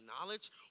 knowledge